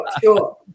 sure